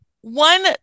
one